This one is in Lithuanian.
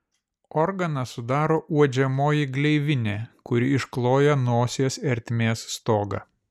organą sudaro uodžiamoji gleivinė kuri iškloja nosies ertmės stogą